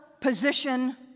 position